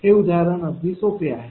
हे उदाहरण अगदी सोपे आहे